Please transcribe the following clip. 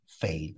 fail